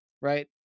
right